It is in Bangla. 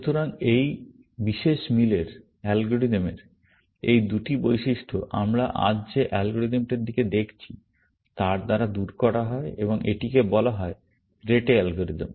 সুতরাং এই বিশেষ মিলের অ্যালগরিদমের এই দুটি বৈশিষ্ট্য আমরা আজ যে অ্যালগরিদমটির দিকে দেখছি তার দ্বারা দূর করা হয় এবং এটিকে বলা হয় রেটে অ্যালগরিদম